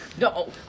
No